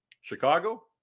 Chicago